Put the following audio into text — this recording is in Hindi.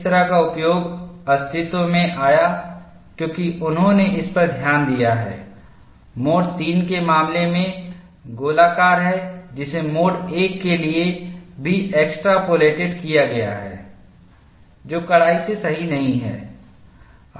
इस तरह का उपयोग अस्तित्व में आया क्योंकि उन्होंने इस पर ध्यान दिया है मोड III के मामले में गोलाकार है जिसे मोड I के लिए भी एक्स्ट्रापोलेटेड किया गया है जो कड़ाई से सही नहीं है